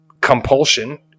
compulsion